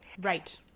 Right